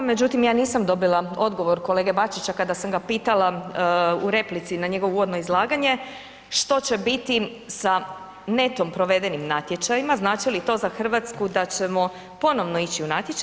Međutim, ja nisam dobila odgovor kolege Bačića kada sam ga pitala u replici na njegovo uvodno izlaganje što će biti sa netom provedenim natječajima, znači li to za RH da ćemo ponovno ići u natječaj?